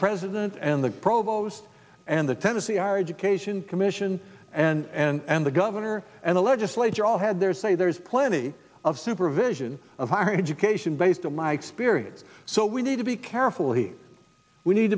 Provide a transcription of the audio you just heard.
president and the provost and the tennessee our education commission and the governor and the legislature all had their say there's plenty of supervision of our education based on my experience so we need to be careful here we need